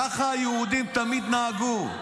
ככה היהודים תמיד נהגו.